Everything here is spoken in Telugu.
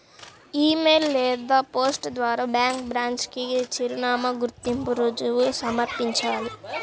ఇ మెయిల్ లేదా పోస్ట్ ద్వారా బ్యాంక్ బ్రాంచ్ కి చిరునామా, గుర్తింపు రుజువు సమర్పించాలి